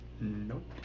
Nope